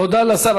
תודה לשר.